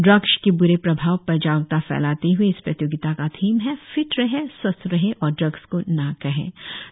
drugs के ब्रे प्रभाव पर जागरुकता फैलाते हुए इस प्रतियोगिता का थीम है फिट रहे स्वस्थ रहे और ड्रग्स को ना कहे